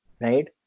right